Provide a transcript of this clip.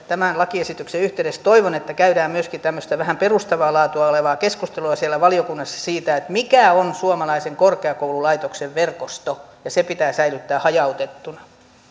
tämän lakiesityksen yhteydessä valiokunnassa käydään myöskin tämmöistä vähän perustavaa laatua olevaa keskustelua siitä mikä on suomalaisen korkeakoululaitoksen verkosto se pitää säilyttää hajautettuna